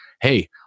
Hey